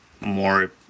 more